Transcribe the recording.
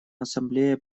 ассамблея